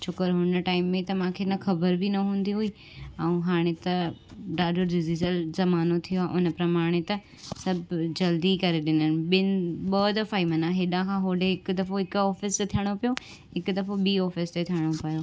छो करे हुन टाइम में त मूंखे न ख़बर बि न हूंदी हुई ऐं हाणे त ॾाढो डिजिटल ज़मानो थी वयो आ उन प्रमाणे त सभु जल्दी करे ॾींदा आहिनि ॿिनि ॿ दफ़ा ई माना हेॾा खां होॾे हिकु दफ़ो हिकु ऑफिस ते थियणो पियो हिकु दफ़ो ॿी ऑफिस ते थियणो पयो